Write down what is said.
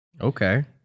Okay